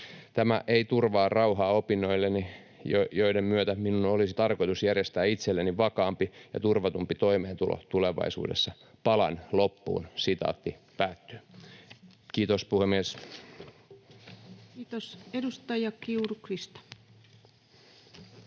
Tämä ei turvaa rauhaa opinnoilleni, joiden myötä minun olisi tarkoitus järjestää itselleni vakaampi ja turvatumpi toimeentulo tulevaisuudessa. Palan loppuun.” Kiitos, puhemies. [Speech 245] Speaker: